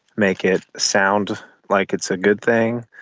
make it sound like it's a good thing.